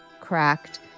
cracked